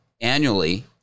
Annually